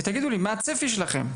ותגידו לי מה הצפי שלכם.